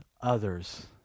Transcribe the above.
others